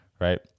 Right